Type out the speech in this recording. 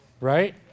Right